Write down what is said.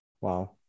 wow